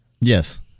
Yes